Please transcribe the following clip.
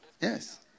Yes